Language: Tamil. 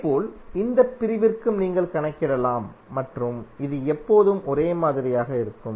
இதேபோல் இந்த பிரிவிற்கும் நீங்கள் கணக்கிடலாம் மற்றும் உங்கள் இது எப்போதும் ஒரே மாதிரியாக இருக்கும்